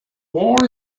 war